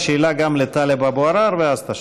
יש שאלה גם לטלב אבו עראר, ואז תשיב.